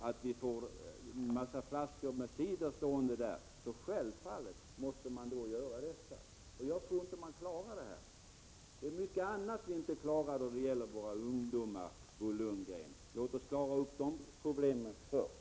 Skulle en mängd flaskor med cider stå där, måste man självfallet vidta åtgärder. Jag tror inte man klarar det här. Det är mycket annat som vi inte klarar när det gäller våra ungdomar, Bo Lundgren. Låt oss klara de problemen först.